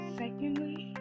secondly